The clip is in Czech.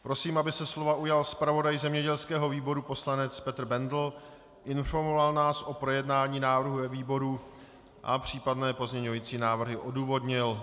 Prosím, aby se slova ujal zpravodaj zemědělského výboru poslanec Petr Bendl, informoval nás o projednání návrhu ve výboru a případné pozměňující návrhy odůvodnil.